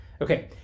okay